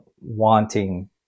wanting